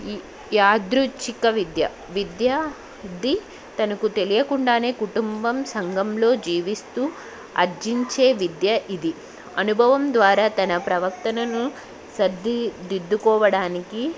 ఈ యాదృుచిక విద్య విద్య ఇది తనకు తెలియకుండానే కుటుంబం సంఘంలో జీవిస్తూ అర్జించే విద్య ఇది అనుభవం ద్వారా తన ప్రవర్తనను సర్ది దిద్దుకోవడానికి